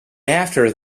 after